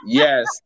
yes